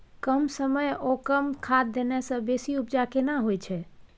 कम समय ओ कम खाद देने से बेसी उपजा केना होय छै?